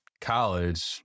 college